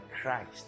Christ